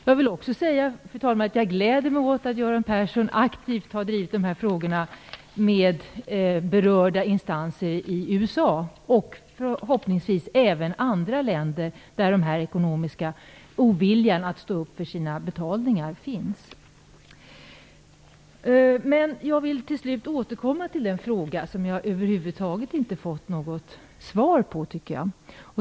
Jag vill också säga, fru talman, att jag gläder mig åt att Göran Persson aktivt har drivit dessa frågor inför berörda instanser i USA och förhoppningsvis även i andra länder där oviljan att stå upp för sina betalningar finns. Jag vill till slut återkomma till den fråga som jag över huvud taget inte fått något svar på.